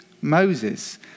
Moses